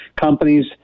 companies